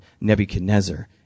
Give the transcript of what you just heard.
Nebuchadnezzar